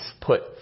put